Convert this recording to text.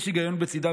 יש היגיון בצידה,